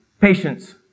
Patience